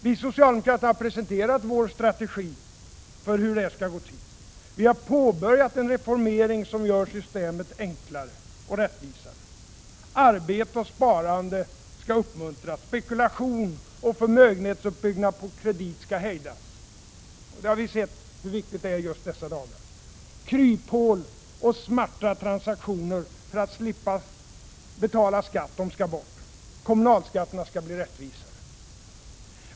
Vi socialdemokrater har presenterat vår strategi för hur detta skall gå till. Vi har påbörjat en reformering som gör systemet enklare och rättvisare. Arbete och sparande skall uppmuntras. Spekulation och förmögenhetsuppbyggnad på kredit skall hejdas. Just i dessa dagar har vi sett hur viktigt detta är. Kryphål och smarta transaktioner för att slippa betala skatt skall bort. Kommunalskatterna skall bli rättvisare.